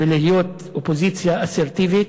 ולהיות אופוזיציה אסרטיבית.